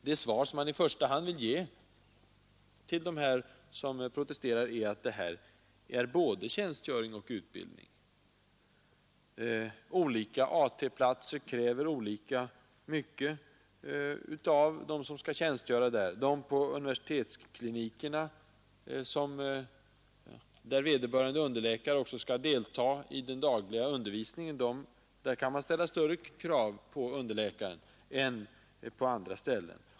Det svar som jag i första hand vill ge dem som protesterar är att detta är både tjänstgöring och utbildning. Olika AT-platser kräver olika mycket av dem som skall tjänstgöra där. På de underläkare som arbetar på universitetsklinikerna, där vederbörande också skall delta i den dagliga undervisning av studenter, kan man ställa större krav än vad som sker på andra håll.